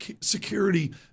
Security